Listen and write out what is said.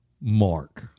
mark